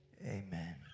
amen